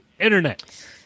internet